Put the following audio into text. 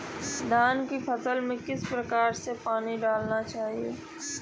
धान की फसल में किस प्रकार से पानी डालना चाहिए?